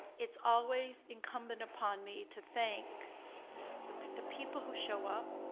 it's always incumbent upon me to thank the the people who show up,